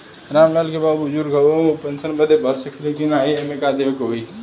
राम लाल के बाऊ बुजुर्ग ह ऊ पेंशन बदे भर सके ले की नाही एमे का का देवे के होई?